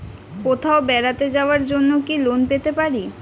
কোথাও বেড়াতে যাওয়ার জন্য কি লোন পেতে পারি?